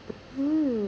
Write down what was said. mm